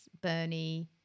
Bernie